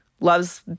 Loves